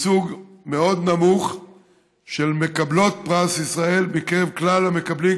ייצוג מאוד נמוך של מקבלות פרס ישראל מקרב כלל המקבלים,